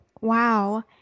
wow